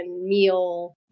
meal